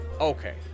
Okay